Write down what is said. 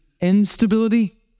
instability